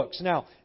Now